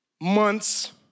Months